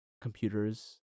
computers